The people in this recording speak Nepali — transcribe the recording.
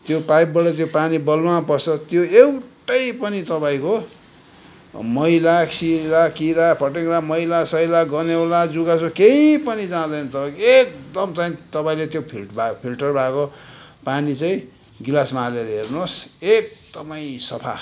त्यो पाइपबाट त्यो पानी बलुवामा पस्छ त्यो एउटै पनि तपाईँको मैला सिला किरा फटेङ्ग्रा मैला सैला गनेउला जुगा सुगा केही पनि जाँदैन तपाईँको एकदम त्यहाँदेखि तपाईँले त्यो फिल्ट भा फिल्टर भएको पानी चाहिँ गिलासमा हालेर हेर्नुहोस् एकदमै सफा